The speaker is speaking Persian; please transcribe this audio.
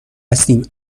هستیم